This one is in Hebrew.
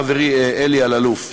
חברי אלי אלאלוף,